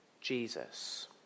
Jesus